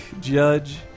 Judge